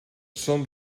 són